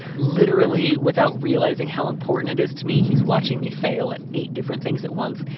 literally without realizing how important it is to me, he's watching me fail at eight different things at once.